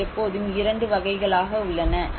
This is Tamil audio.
இவை எப்போதும் இரண்டு வகைகளாக உள்ளன